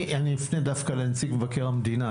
אפנה לנציג מבקר המדינה,